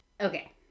Okay